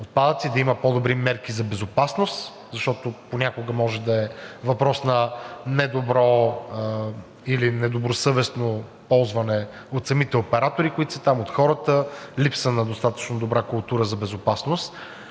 отпадъци, да има по добри мерки за безопасност, защото понякога може да е въпрос на недобро или недобросъвестно ползване от самите оператори, които са там, от хората, липса на достатъчно добра култура за безопасност.